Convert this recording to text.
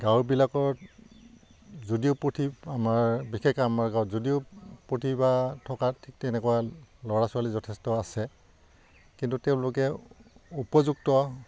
গাঁওবিলাকত যদিও পুথি আমাৰ বিশেষকৈ আমাৰ গাঁৱত যদিও পুথি বা থকা ঠিক তেনেকুৱা ল'ৰা ছোৱালী যথেষ্ট আছে কিন্তু তেওঁলোকে উপযুক্ত